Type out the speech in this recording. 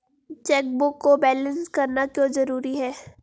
Chequebook को balance करना क्यों जरूरी है?